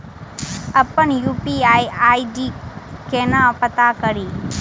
अप्पन UPI ID केना पत्ता कड़ी?